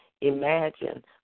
imagine